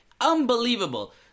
Unbelievable